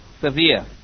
severe